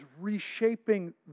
reshaping